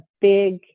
big